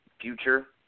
future